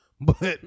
but-